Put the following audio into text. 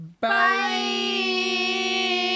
bye